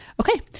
okay